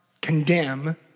condemn